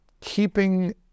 keeping